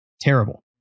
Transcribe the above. terrible